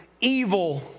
evil